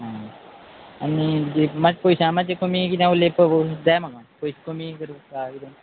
आं आनी मात्शें पयशां मात्शें कमी किदें उलयप जाय म्हाका पयशे कमी कर किदें